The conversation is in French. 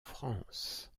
france